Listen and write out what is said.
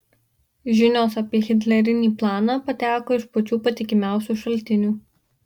žinios apie hitlerinį planą pateko iš pačių patikimiausių šaltinių